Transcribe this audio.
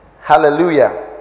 Hallelujah